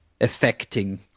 affecting